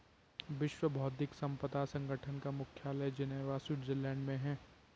विश्व बौद्धिक संपदा संगठन का मुख्यालय जिनेवा स्विट्जरलैंड में है